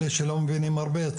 אלה שלא מבינים הרבה,